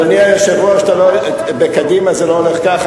אדוני היושב-ראש, בקדימה זה לא הולך ככה.